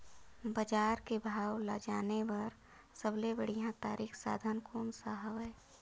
बजार के भाव ला जाने बार सबले बढ़िया तारिक साधन कोन सा हवय?